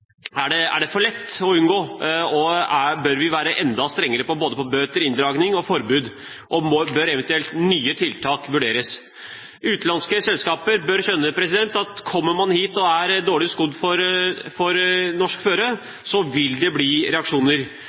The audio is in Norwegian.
Er det for lett å unngå, bør vi være enda strengere både på bøter, inndragning og forbud, og bør eventuelt nye tiltak vurderes? Utenlandske selskaper bør skjønne at kommer man hit og er dårlig skodd for norsk føre, så vil det bli reaksjoner.